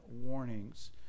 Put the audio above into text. warnings